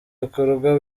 bikorwa